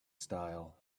style